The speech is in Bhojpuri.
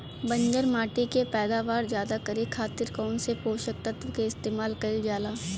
बंजर माटी के पैदावार ज्यादा करे खातिर कौन पोषक तत्व के इस्तेमाल कईल जाला?